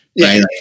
Right